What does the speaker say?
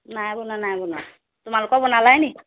নাই বনাোৱা নাই বনোৱা তোমালোকৰ বনালায়েই নি